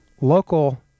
local